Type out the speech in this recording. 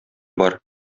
бар